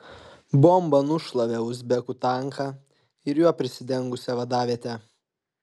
bomba nušlavė uzbekų tanką ir juo prisidengusią vadavietę